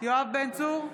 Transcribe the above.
יואב בן צור,